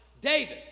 David